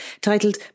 titled